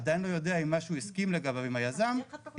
עדיין לא יודע אם מה שהוא הסכים לגביו עם היזם יתממש.